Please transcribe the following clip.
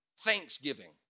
Thanksgiving